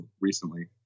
recently